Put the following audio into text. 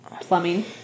plumbing